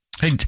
Hey